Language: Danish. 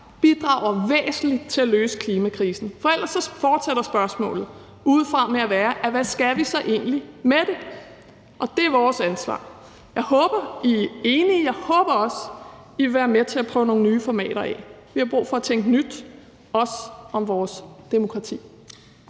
bidrager væsentligt til at løse klimakrisen, for ellers fortsætter spørgsmålet udefra med at være, at hvad skal vi så egentlig med det, og det er vores ansvar. Jeg håber, I er enige, og jeg håber også, at I vil være med til at prøve nogle nye formater af. Vi har brug for at tænke nyt, også om vores demokrati.